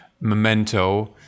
Memento